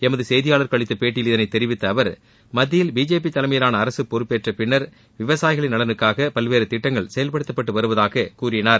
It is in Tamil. எமது செய்தியாளருக்கு அளித்த பேட்டியில் இதனை தெரிவித்த அவர் மத்திய பிஜேபி தலைமையிலாள அரசு பொறுப்பேற்ற பின்னர் விவசாயிகளின் நலனுக்காக பல்வேறு திட்டங்கள் செயல்படுத்தப்பட்டு வருவதாக கூறினார்